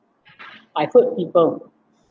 I hurt people